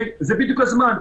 זה בדיוק הזמן.